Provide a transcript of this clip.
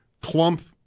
clump